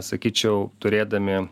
sakyčiau turėdami